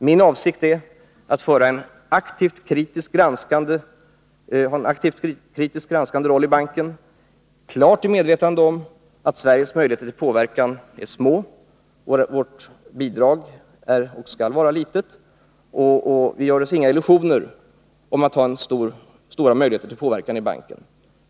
Min avsikt är att ha en aktiv, kritiskt, granskande roll i banken, i klart medvetande om att Sveriges möjligheter till påverkan är små och att vårt bidrag är och skall vara litet. Vi gör oss inga illusioner om att ha stora möjligheter till påverkan i banken.